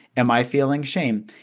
am i feeling shame?